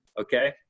okay